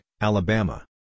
Alabama